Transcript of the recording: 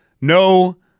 No